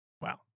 wow